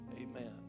Amen